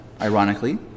ironically